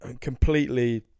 completely